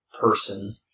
person